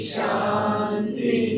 Shanti